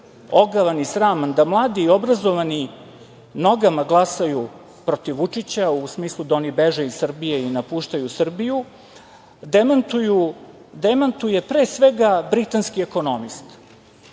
ogavan i sraman, da mladi i obrazovani nogama glasaju protiv Vučića u smislu da oni beže iz Srbije i napuštaju Srbiju, demantuje pre svega britanski ekonomista.U